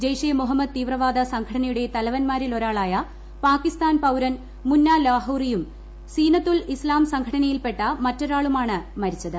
ജയ്ഷെ മുഹമ്മദ് തീവ്രവാദ സംഘടനയുടെ തലവൻമാരിലൊരാളായ പാക്കിസ്ഥാൻ പൌരൻ മുന്നാ ലാഹോറിയും സീനത്തുൽ ഇസ്താം സംഘടനയിൽ പെട്ട മറ്റൊരാളുമാണ് മരിച്ചത്